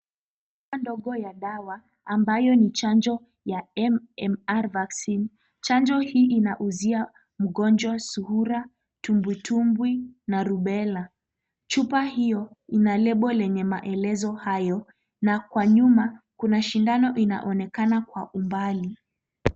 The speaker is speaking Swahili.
Chupa ndogo ya dawa ambayo ni chanjo ya MMR Vaccine . Chanjo hii inauzia mgonjwa surua, matumbitumbwi na rubela. Chupa hiyo ina lebo lenye maelezo hayo na kwa nyuma kuna shindano inaonekana kwa umbali.